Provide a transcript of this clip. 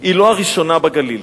היא לא הראשונה בגליל,